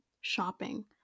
shopping